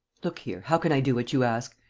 look here, how can i do what you ask?